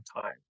time